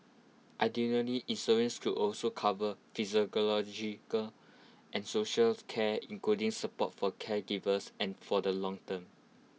insurance should also cover psychological and social of care including support for caregivers and for the long term